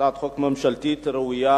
הצעת חוק ממשלתית ראויה,